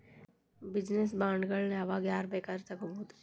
Business ಬಾಂಡ್ಗಳನ್ನ ಯಾವಾಗ್ ಯಾರ್ ಬೇಕಾದ್ರು ತಗೊಬೊದು?